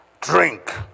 drink